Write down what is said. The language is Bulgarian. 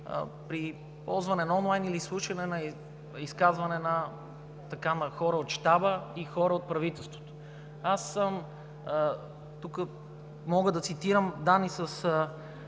при ползване на онлайн или слушане на изказване на хора от Щаба, и хора от правителството. Тук мога да цитирам данни с